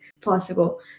possible